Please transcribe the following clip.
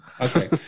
Okay